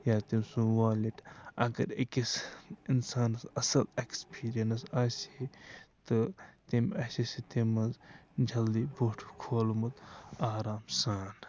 یا تٔمۍ سُنٛد والٮ۪ٹ اگر أکِس اِنسانس اَصٕل اٮ۪کٕسپیرینٕس آسہِ ہے تہٕ تٔمۍ آسہِ ہے سُہ تَمہِ منٛزجلدی بوٚٹھ کھولمُت آرام سان